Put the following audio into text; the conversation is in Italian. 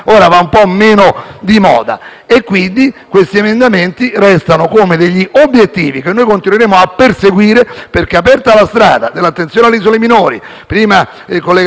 di moda. Questi emendamenti restano come degli obiettivi che noi continueremo a perseguire. Si è aperta la strada dell'attenzione alle isole minori - prima i colleghi De Siano e Floris hanno anche parlato di aspetti